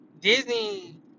Disney